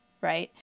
right